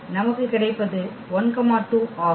நமக்கு கிடைப்பது 12 ஆகும்